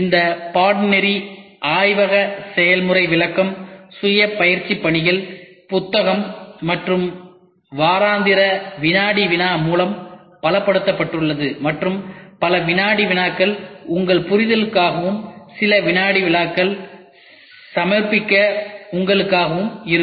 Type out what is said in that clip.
இந்த பாடநெறி ஆய்வக செயல்முறை விளக்கம் சுய பயிற்சி பணிகள் புத்தகம் மற்றும் வாராந்திர வினாடி வினா மூலம் பலப்படுத்தப்பட்டுள்ளது மற்றும் பல வினாடி வினாக்கள் உங்கள் புரிதலுக்காகவும் சில வினாடி வினாக்கள் சமர்ப்பிக்க உங்களுக்காகவும் இருக்கும்